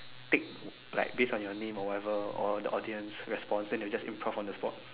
take like based on your name or whatever or the audience response and they will just improve on the spot